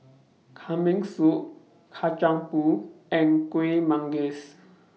Kambing Soup Kacang Pool and Kuih Manggis